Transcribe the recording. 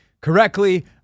correctly